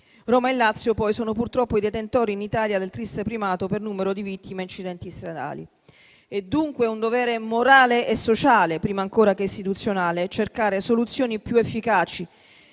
Roma e il Lazio, poi, sono purtroppo i detentori in Italia del triste primato per numero di vittime di incidenti stradali. È dunque un dovere morale e sociale, prima ancora che istituzionale, cercare soluzioni più efficaci